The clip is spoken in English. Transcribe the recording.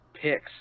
picks